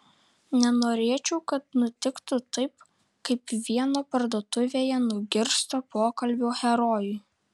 nenorėčiau kad nutiktų taip kaip vieno parduotuvėje nugirsto pokalbio herojui